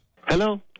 Hello